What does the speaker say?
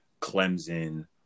clemson